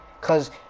cause